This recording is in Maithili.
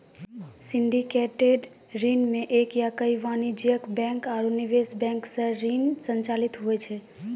सिंडिकेटेड ऋण मे एक या कई वाणिज्यिक बैंक आरू निवेश बैंक सं ऋण संचालित हुवै छै